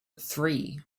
three